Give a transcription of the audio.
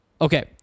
Okay